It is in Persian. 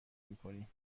میکنیم